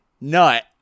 nut